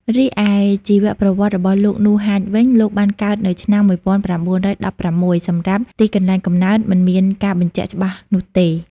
រីឯជីវប្រវត្តិរបស់លោក នូ ហាច វិញ លោកបានកើតនៅឆ្នាំ ១៩១៦ សម្រាប់ទីកន្លែងកំណើតមិនមានការបញ្ជាក់ច្បាស់នោះទេ។